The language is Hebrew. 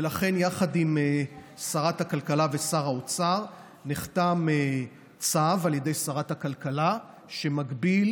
ולכן יחד עם שרת הכלכלה ושר האוצר נחתם צו על ידי שרת הכלכלה שמגביל